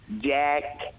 Jack